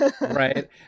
right